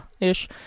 ish